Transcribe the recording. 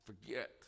Forget